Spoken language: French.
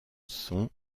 sont